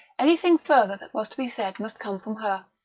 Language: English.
anything further that was to be said must come from her.